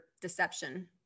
deception